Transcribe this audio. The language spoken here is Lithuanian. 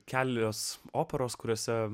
kelios operos kuriose